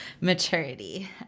maturity